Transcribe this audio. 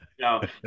No